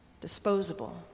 disposable